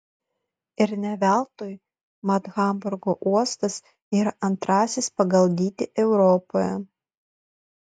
ir ne veltui mat hamburgo uostas yra antrasis pagal dydį europoje